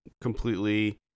completely